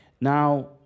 Now